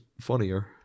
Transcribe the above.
funnier